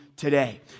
today